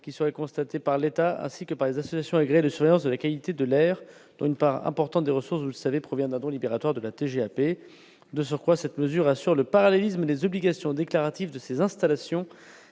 qui serait constatés par l'État ainsi que par les associations agréées de surveillance de la qualité de l'air, dont une part importante des ressources vous savez provient d'abord libérateur de la TGAP, de surcroît, cette mesure assure le parallélisme des obligations déclaratives de ses installations